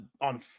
on